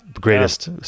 Greatest